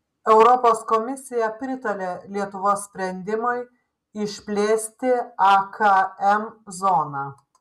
europos komisija pritarė lietuvos sprendimui išplėsti akm zoną